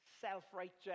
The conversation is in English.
self-righteous